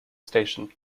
station